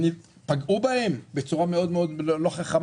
פגעו בהם בצורה לא חכמה,